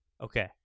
Okay